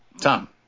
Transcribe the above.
Tom